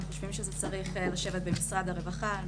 חושבים שזה צריך לשבת במשרד הרווחה על